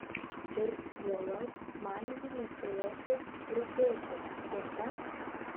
ir juolab man ji neturėtų rūpėti tiesa